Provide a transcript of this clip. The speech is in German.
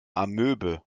amöbe